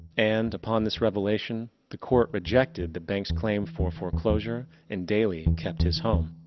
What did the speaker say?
and, upon this revelation the court rejected the bank's claim for foreclosure and daly and kept his home.